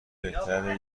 بهتره